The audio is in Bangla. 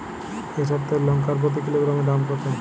এই সপ্তাহের লঙ্কার প্রতি কিলোগ্রামে দাম কত?